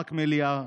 מארק מליאר,